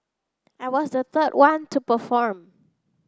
I was the third one to perform